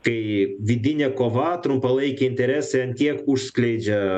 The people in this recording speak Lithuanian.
kai vidinė kova trumpalaikiai interesai ant tiek užsiskleidžia